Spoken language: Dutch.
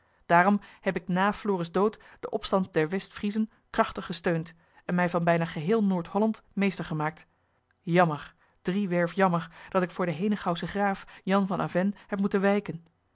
daarom heb ik na floris dood den opstand der west friezen krachtig gesteund en mij van bijna geheel noord-holland meester gemaakt jammer driewerf jammer dat ik voor den henegouwschen graaf jan van avennes heb moeten wijken